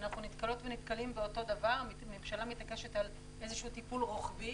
אנחנו נתקלות ונתקלים באותו דבר הממשלה מתעקשת על טיפול רוחבי